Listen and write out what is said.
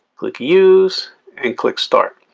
click use and click start.